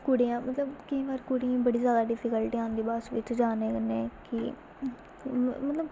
कुड़ियां मतलब केईं बार कुड़ियें ई बड़ी जादा डिफीकल्टी आंदी बस्स बिच जाने कन्नै की मतलब